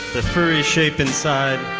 the furry shape inside